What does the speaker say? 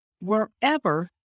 wherever